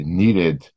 needed